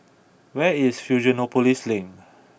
where is Fusionopolis Link